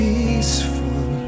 Peaceful